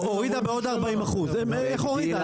הורידה בעוד 40%. איך הורידה?